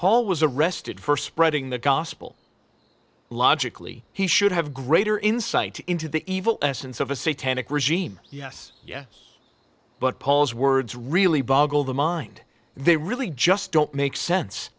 paul was arrested for spreading the gospel logically he should have greater insight into the evil essence of a satanic regime yes yes but paul's words really boggle the mind they really just don't make